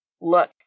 Look